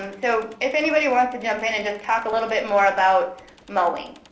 um so if anybody wants to jump in and just talk a little bit more about mowing.